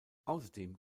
außerdem